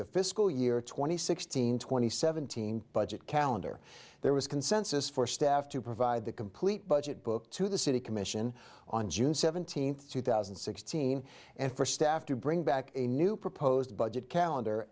the fiscal year two thousand and sixteen twenty seventeen budget calendar there was consensus for staff to provide the complete budget book to the city commission on june seventeenth two thousand and sixteen and for staff to bring back a new proposed budget calendar